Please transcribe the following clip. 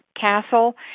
castle